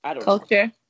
Culture